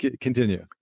continue